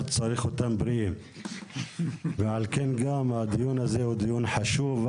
צריך אותם בריאים ועל כן גם הדיון הזה הוא דיון חשוב,